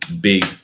big